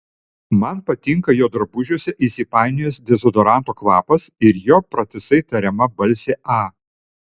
man patinka jo drabužiuose įsipainiojęs dezodoranto kvapas ir jo pratisai tariama balsė a